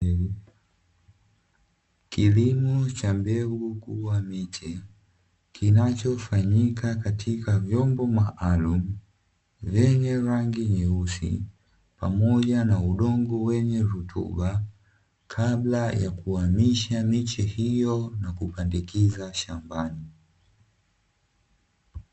Kilimo cha mbegu kua miche kinachofanyika katika vyombo maalumu vyenye rangi nyeusi pamoja na udongo wenye rutuba kabla ya kuhamisha miche hiyo na kupandikiza shambani .